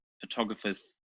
photographers